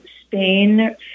Spain